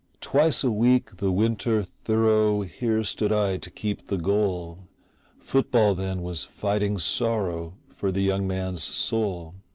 twice a week the winter thorough here stood i to keep the goal football then was fighting sorrow for the young man's soul.